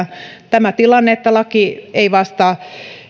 tämä tilanne että laki ei vastaa